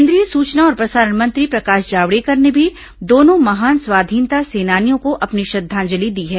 केन्द्रीय सूचना और प्रसारण मंत्री प्रकाश जावड़ेकर ने भी दोनों महान स्वाधीनता सेनानियों को अपनी श्रद्वांजलि दी है